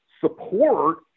support